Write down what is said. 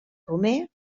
romer